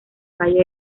valle